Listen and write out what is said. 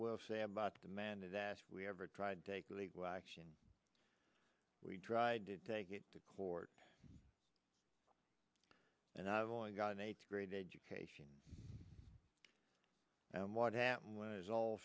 will say about the man is that we never tried to take legal action we tried to take it to court and i've only got an eighth grade education and what happened was all